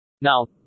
Now